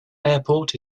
airport